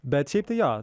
bet šiaip tai jo